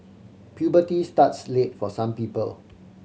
puberty starts late for some people